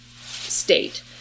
state